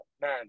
man